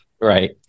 Right